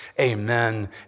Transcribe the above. Amen